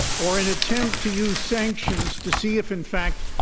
or an attempt to use sanctions to see if, in fact,